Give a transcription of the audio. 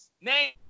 Name